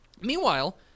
meanwhile